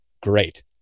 great